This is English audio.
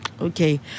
Okay